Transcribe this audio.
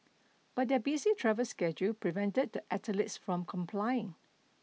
but their busy travel schedule prevented the athletes from complying